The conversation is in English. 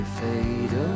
fade